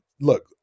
Look